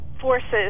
forces